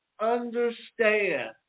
understand